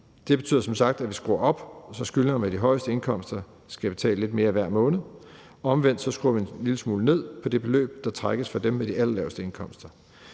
Det betyder som sagt, at vi skruer op, så skyldnere med de højeste indkomster skal betale lidt mere hver måned. Omvendt skruer vi en lille smule ned for det beløb, der trækkes fra dem med de allerlaveste indkomster.